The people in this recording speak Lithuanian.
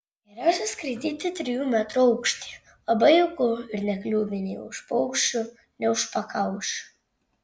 geriausia skraidyti trijų metrų aukštyje labai jauku ir nekliūvi nei už paukščių nei už pakaušių